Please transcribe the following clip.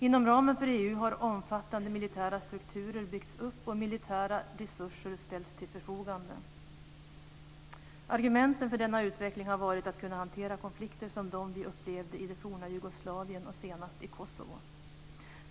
Inom ramen för EU har omfattande militära strukturer byggts upp och militära resurser ställts till förfogande. Argumenten för denna utveckling har varit att kunna hantera konflikter som de vi upplevde i det forna Jugoslavien och senast i Kosovo.